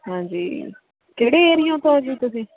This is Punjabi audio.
ਹਾਂਜੀ ਕਿਹੜੇ ਏਰੀਆਂ ਤੋਂ ਜੀ ਤੁਸੀਂ